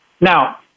Now